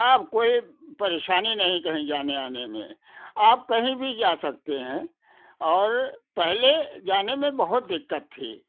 अब कोई परेशानी नहीं कहीं जाने आने में आप कहीं भी जा सकते हैं और पहले जाने में बहुत दिक्कत थी